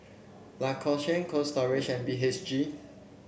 Lacoste Cold Storage and B H G